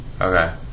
Okay